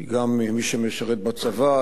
כי גם מי שמשרת בצבא,